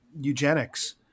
eugenics